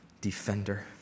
defender